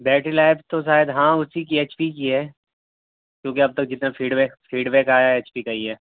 battery life تو شاید ہاں اسی کی ایچ پی کی ہے کیونکہ اب تک جتنا فیڈ بیک فیڈ بیک آیا ہے ایچ پی کا ہی ہے